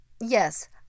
Yes